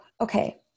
Okay